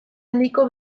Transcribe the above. handiko